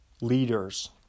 leaders